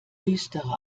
düstere